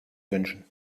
wünschen